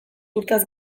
urteaz